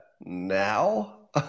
now